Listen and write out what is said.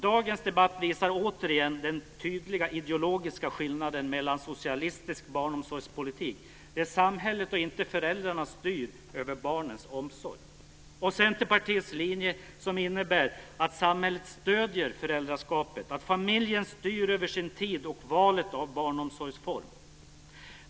Dagens debatt visar återigen den tydliga ideologiska skillnaden mellan socialistisk barnomsorgspolitik, där samhället och inte föräldrarna styr över barnens omsorg, och Centerpartiets linje som innebär att samhället stöder föräldraskapet, att familjen styr över sin tid och valet av barnomsorgsform.